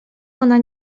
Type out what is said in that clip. ona